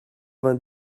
vingt